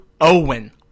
Owen